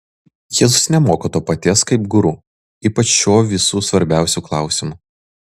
jėzus nemoko to paties kaip guru ypač šiuo visų svarbiausiu klausimu